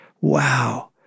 Wow